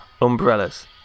umbrellas